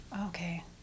Okay